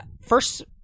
first